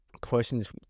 questions